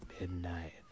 Midnight